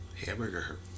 Hamburger